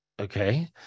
Okay